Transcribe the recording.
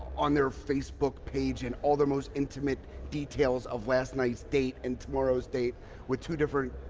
on their facebook page and all their most intimate details of last night's date and tomorrow's date with two different,